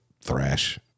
thrash